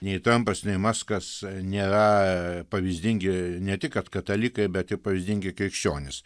nei trampas nei maskas nėra pavyzdingi ne tik kad katalikai bet ir pavyzdingi krikščionys